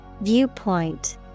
Viewpoint